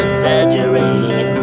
surgery